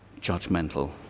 judgmental